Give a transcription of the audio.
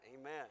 Amen